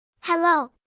Hello